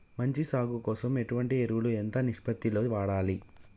మంచి సాగు కోసం ఎటువంటి ఎరువులు ఎంత నిష్పత్తి లో వాడాలి?